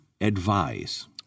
advise